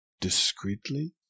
discreetly